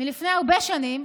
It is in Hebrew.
מלפני הרבה שנים,